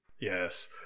Yes